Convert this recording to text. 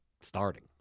starting